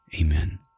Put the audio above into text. Amen